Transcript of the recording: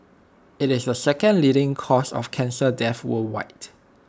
IT is the second leading cause of cancer death worldwide